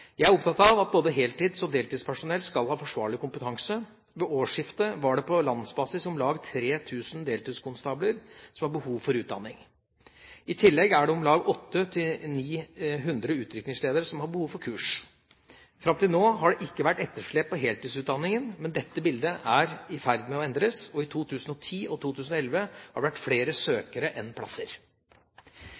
at både heltids- og deltidspersonell skal ha forsvarlig kompetanse. Ved årsskiftet var det på landsbasis om lag 3 000 deltidskonstabler som har behov for utdanning. I tillegg er det om lag 800–900 utrykningsledere som har behov for kurs. Fram til nå har det ikke vært etterslep på heltidsutdanningen, men dette bildet er i ferd med å endres, og i 2010 og 2011 har det vært flere søkere enn plasser.